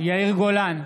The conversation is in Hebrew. יאיר גולן,